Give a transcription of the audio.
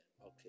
okay